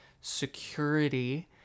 security